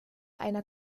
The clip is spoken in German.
einer